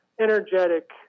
energetic